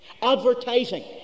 advertising